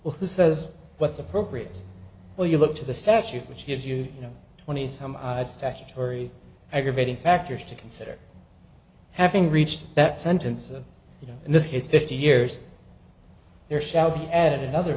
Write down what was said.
who says what's appropriate well you look to the statute which gives you you know twenty some odd statutory aggravating factors to consider having reached that sentence of you know in this case fifty years there shall be at another